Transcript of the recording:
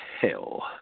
hell